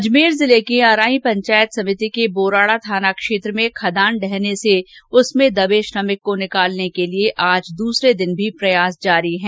अजमेर जिले के अरांई पंचायत समिति के बोराड़ा थाना क्षेत्र में खदान ढहने से उसमें दबे श्रमिक को निकालने के लिये आज दूसरे दिन भी प्रयास जारी है